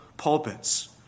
pulpits